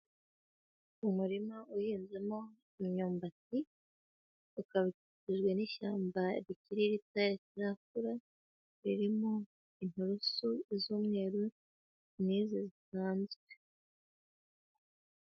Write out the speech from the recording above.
Umurima uhinzemo imyumbati, ukaba ukikijwe n'ishyamba rikiri rito ritarakura, ririmo inturusu z'umweru n'izi zisanzwe.